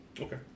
Okay